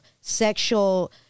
sexual